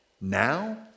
Now